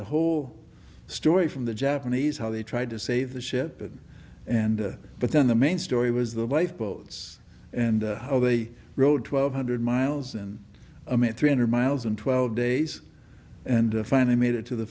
the whole story from the japanese how they tried to save the ship and and but then the main story was the life boats and how they rode twelve hundred miles and a minute three hundred miles and twelve days and finally made it to the